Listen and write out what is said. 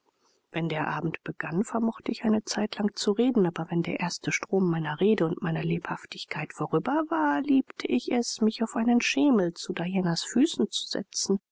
wenn der abend begann vermochte ich eine zeitlang zu reden aber wenn der erste strom meiner rede und meiner lebhaftigkeit vorüber war liebte ich es mich auf einen schemel zu dianas füßen zu setzen